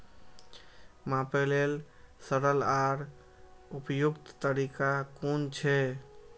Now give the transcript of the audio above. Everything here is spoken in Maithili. मापे लेल सरल आर उपयुक्त तरीका कुन छै?